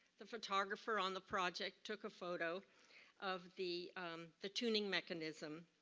the photographer on the project took a phot of of the the tuning mechanism.